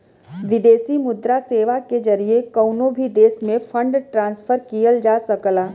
विदेशी मुद्रा सेवा के जरिए कउनो भी देश में फंड ट्रांसफर किहल जा सकला